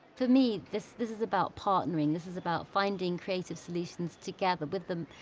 for me, this this is about partnering. this is about finding creative solutions, together with them,